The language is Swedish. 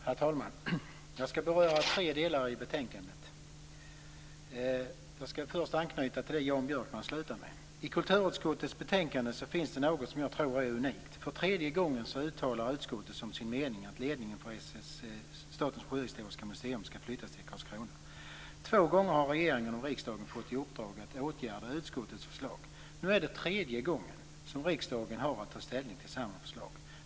Herr talman! Jag ska beröra tre delar i betänkandet. Först ska jag anknyta till det som Jan Björkman avslutade med. I kulturutskottets betänkande finns det något som jag tror är unikt. För tredje gången uttalar utskottet som sin mening att ledningen för Statens sjöhistoriska museum ska flyttas till Karlskrona. Två gånger har regeringen och riksdagen fått i uppdrag att åtgärda utskottets förslag. Nu är det tredje gången som riksdagen har att ta ställning till samma förslag.